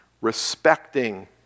respecting